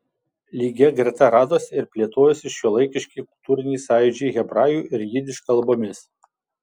lygia greta radosi ir plėtojosi šiuolaikiški kultūriniai sąjūdžiai hebrajų ir jidiš kalbomis